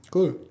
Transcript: cool